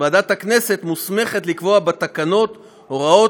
ועדת הכנסת מוסמכת לקבוע בתקנות הוראות